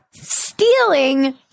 stealing